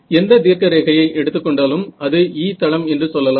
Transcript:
எந்த தீர்க்க ரேகையை எடுத்துக்கொண்டாலும் அதை E தளம் என்று சொல்லலாம்